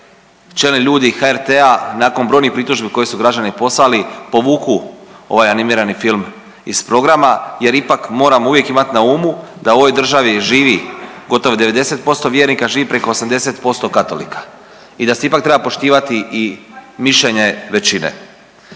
čelni ljudi HRT-a nakon brojnih pritužbi koje su građani poslali povuku ovaj animirani film iz programa jer ipak moramo uvijek imati na umu da u ovoj državi živi gotovo 90% vjernika, živi preko 80% katolika i da se ipak treba poštivati i mišljenje većine.